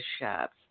shops